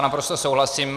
Naprosto souhlasím.